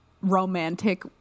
romantic